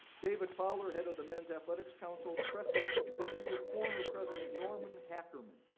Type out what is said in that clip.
david fowler, head of the men's athletics council, stresses the view of former president norman hackerman,